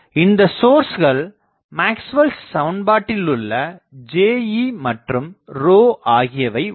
இந்தச் சோர்ஸ்கள் Maxwell Maxwell's சமன்பாட்டிலுள்ள Je மற்றும் ρ ஆகியவை உள்ளன